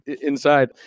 inside